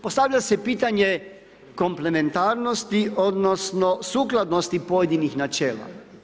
Postavlja se pitanje komplementarnosti odnosno sukladnosti pojedinih načela.